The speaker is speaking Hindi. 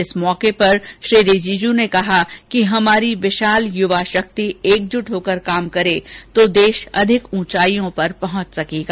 इस अवसर पर श्री रिजिजू ने कहा कि हमारी विशाल युवा शक्ति एकजुट होकर काम करे तो देश अधिक ऊंचाइयों तक पहुंच सकेगा